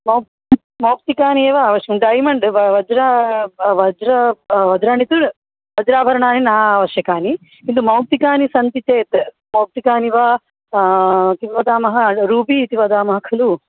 मौ मौक्तिकानि एव अवश्यं डैमण्ड् वज्रं वज्रं वज्राणि तु वज्राभरणानि नावश्यकानि किन्तु मौक्तिकानि सन्ति चेत् मौक्तिकानि वा किं वदामः रूबी इति वदामः खलु